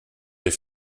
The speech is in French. les